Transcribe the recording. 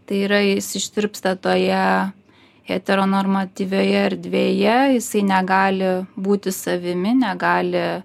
tai yra jis ištirpsta toje heteronormatyvioje erdvėje jisai negali būti savimi negali